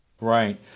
Right